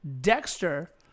Dexter